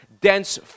dense